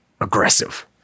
Aggressive